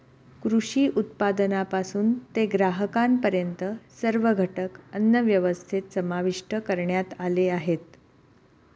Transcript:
कृषी उत्पादनापासून ते ग्राहकांपर्यंत सर्व घटक अन्नव्यवस्थेत समाविष्ट करण्यात आले आहेत